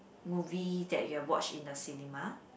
movie that you have watch in a cinema